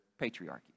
patriarchy